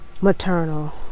maternal